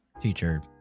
teacher